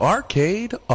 Arcade